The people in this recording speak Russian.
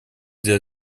для